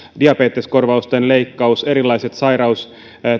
diabeteskorvausten leikkaus erilaiset